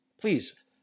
Please